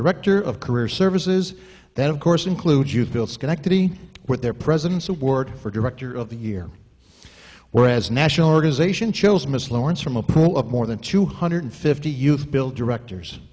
director of career services that of course includes you bill schenectady with their president's award for director of the year whereas national organization chose miss lawrence from a pool of more than two hundred fifty you've built directors